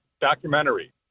documentary